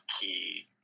key